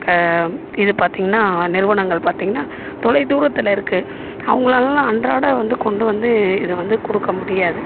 இது பார்த்திங்கன்னா நிறுவனங்கள் பார்த்திங்கன்னா தொலைதூரத்தில் இருக்குது அவங்களாலலாம் அன்றாடம் வந்து கொண்டு வந்து இதை வந்து கொடுக்க முடியாது